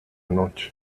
noche